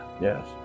yes